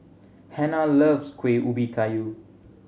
Hannah loves Kueh Ubi Kayu